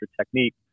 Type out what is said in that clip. technique